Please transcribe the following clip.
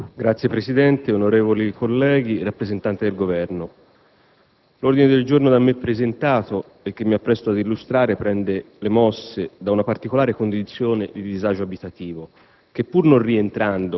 Signor Presidente, onorevoli colleghi, signor rappresentante del Governo, l'ordine del giorno da me presentato e che mi appresto ad illustrare prende le mosse da una particolare condizione di disagio abitativo